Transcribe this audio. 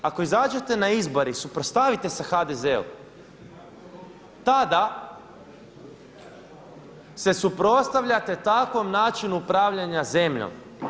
Ako izađete na izbore i suprotstavite se HDZ-u tada se suprotstavljate takvom načinu upravljanja zemljom.